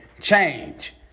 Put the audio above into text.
change